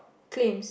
claims